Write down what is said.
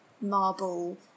marble